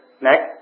Next